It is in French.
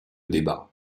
débat